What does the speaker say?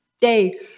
day